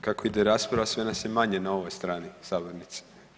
Kako ide rasprava sve nas je manje na ovoj strani sabornice.